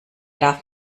darf